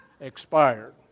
expired